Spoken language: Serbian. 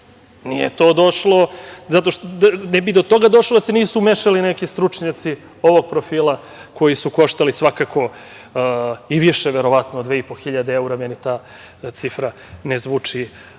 Nije to moglo bez konsultanata. Ne bi do toga došlo da se nisu umešali neki stručnjaci ovog profila koji su koštali, svakako i više od 2.500 evra. Meni ta cifra ne zvuči